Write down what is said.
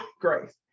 grace